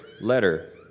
letter